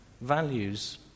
values